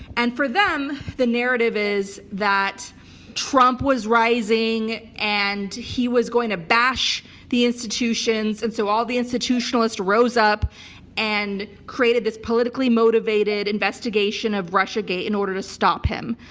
and for them the narrative is that trump was rising and he was going to bash the institutions. and so all the institutionalists rose up and created this politically motivated investigation of russiagate in order to stop him.